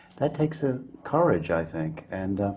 that takes ah courage, i think. and